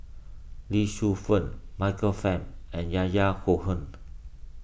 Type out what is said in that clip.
Lee Shu Fen Michael Fam and Yahya Cohen